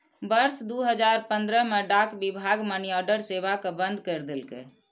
वर्ष दू हजार पंद्रह मे डाक विभाग मनीऑर्डर सेवा कें बंद कैर देलकै